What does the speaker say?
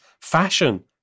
fashion